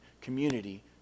community